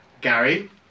Gary